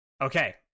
Okay